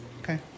Okay